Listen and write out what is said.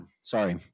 sorry